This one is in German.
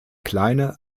kleine